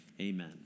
Amen